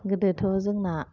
गोदोथ' जोंना